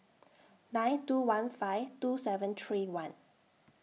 nine two one five two seven three one